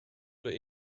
oder